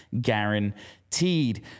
guaranteed